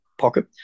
pocket